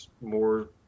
more